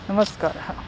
नमस्कारः